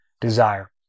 desire